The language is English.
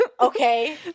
okay